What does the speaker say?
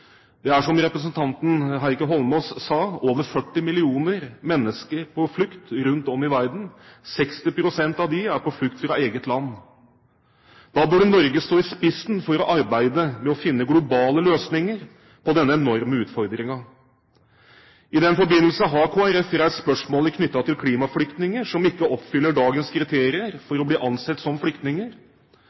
Det er, som representanten Heikki Holmås sa, over 40 millioner mennesker på flukt rundt om i verden. 60 pst. av dem er på flukt fra eget land. Da burde Norge stå i spissen for arbeidet med å finne globale løsninger på denne enorme utfordringen. I den forbindelse har Kristelig Folkeparti reist spørsmålet knyttet til klimaflyktninger som ikke oppfyller dagens kriterier for å bli ansett som flyktninger.